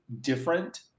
different